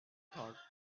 thought